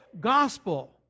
gospel